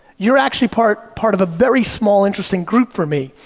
you're actually part part of a very small interesting group for me,